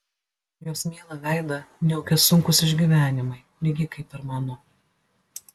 jos mielą veidą niaukia sunkūs išgyvenimai lygiai kaip ir mano